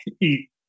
eat